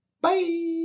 bye